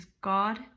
God